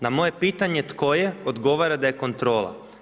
Na moje pitanje tko je odgovara da je kontrola.